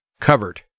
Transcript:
covered